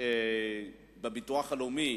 בביטוח הלאומי,